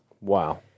Wow